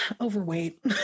overweight